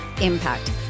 impact